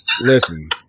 Listen